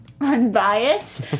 unbiased